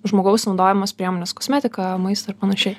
žmogaus naudojamas priemones kosmetiką maistą ir panašiai